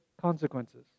consequences